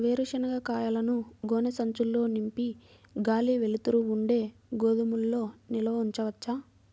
వేరుశనగ కాయలను గోనె సంచుల్లో నింపి గాలి, వెలుతురు ఉండే గోదాముల్లో నిల్వ ఉంచవచ్చా?